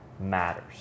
matters